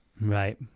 Right